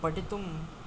पठितुं